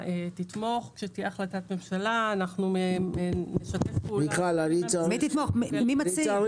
הוקם המכון לייצור